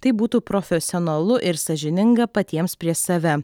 tai būtų profesionalu ir sąžininga patiems prieš save